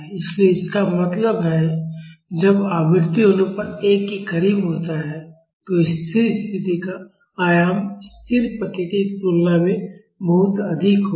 इसलिए इसका मतलब है जब आवृत्ति अनुपात 1 के करीब होता है तो स्थिर स्थिति का आयाम स्थिर प्रतिक्रिया की तुलना में बहुत अधिक होगा